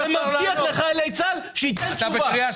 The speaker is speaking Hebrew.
-- ומבטיח לחיילי צה"ל, שייתן תשובה.